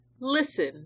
Listen